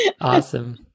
Awesome